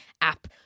app